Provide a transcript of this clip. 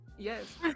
Yes